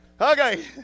Okay